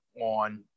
on